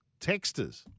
texters